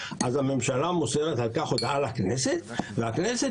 הממשלה מוסרת על כך הודעה לכנסת והכנסת